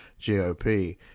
GOP